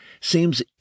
seems